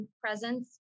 presence